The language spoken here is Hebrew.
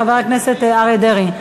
חבר הכנסת אריה דרעי,